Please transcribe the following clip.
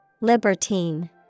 Libertine